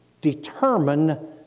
determine